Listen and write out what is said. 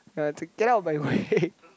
uh to get out of my way